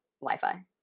Wi-Fi